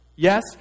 Yes